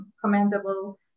commendable